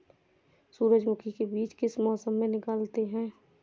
सूरजमुखी में बीज किस मौसम में निकलते हैं?